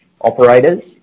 operators